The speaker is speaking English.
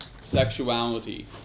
sexuality